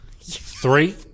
three